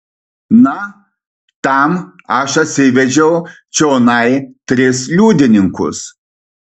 na tam aš atsivedžiau čionai tris liudininkus